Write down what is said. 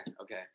okay